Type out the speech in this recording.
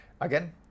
again